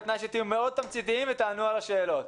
אבל בתנאי שתהיו מאוד תמציתיים ותענו על השאלות.